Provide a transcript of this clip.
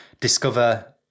discover